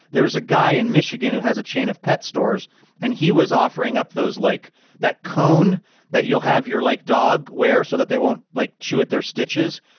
there's a guy in michigan who has a chain of pet stores and he was offering up those like that cone that you'll have your, like, dog wear so that they won't like chewing their stitches.